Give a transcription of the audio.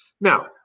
Now